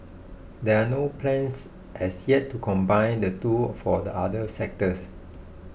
there are no plans as yet to combine the two for other sectors